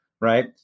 right